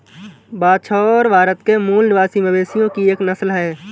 बछौर भारत के मूल निवासी मवेशियों की एक नस्ल है